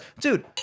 dude